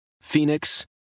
Phoenix